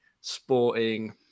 sporting